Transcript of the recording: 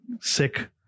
sick